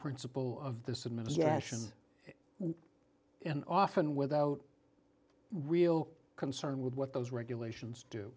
principle of this administration's and often without real concern with what those regulations do